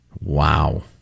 Wow